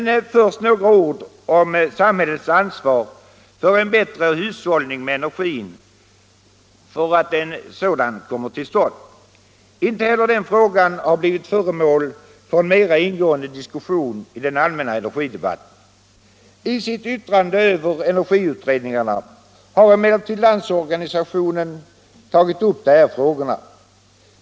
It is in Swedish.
Först några ord om samhällets ansvar för att en bättre hushållning med energin skall komma till stånd. Inte heller den frågan har blivit föremål för en mera ingående diskussion i den allmänna energidebatten. I sitt yttrande över energiutredningarna har emellertid Landsorganisationen tagit upp dessa frågor.